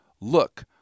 Look